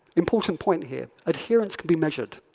important point here adherence can be measured.